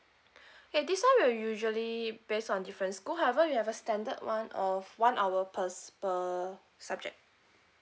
okay this one will usually based on different school however we have a standard one of one hour per per subject